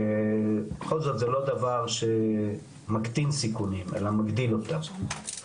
שבכל זאת זה לא דבר שמקטין סיכונים אלא מגדיל אותם,